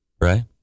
right